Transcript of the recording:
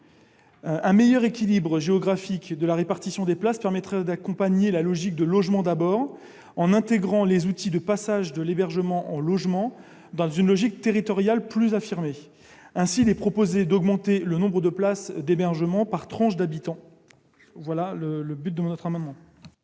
Un meilleur équilibre géographique de la répartition des places permettra d'accompagner la logique du Logement d'abord, en intégrant les outils de passage de l'hébergement au logement dans une logique territoriale plus affirmée. Par cet amendement, il est proposé d'augmenter le nombre de places d'hébergement par tranche d'habitants. Quel est l'avis de